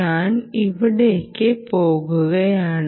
ഞാൻ ഇവിടെക്ക് പോകുകയാണ്